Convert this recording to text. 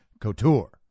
Couture